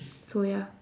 so ya